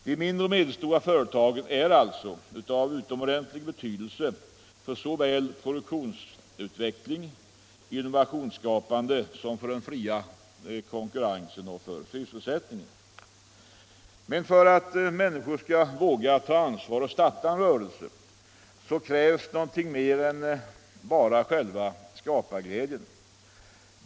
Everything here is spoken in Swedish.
De mindre och medelstora företagen är alltså av utomordentlig betydelse såväl för produktionsutvecklingen och innovationsskapandet som för den fria konkurrensen och sysselsättningen. Men för att människor skall våga ta ansvaret att starta en rörelse krävs någonting mer än bara själva skaparglädjen.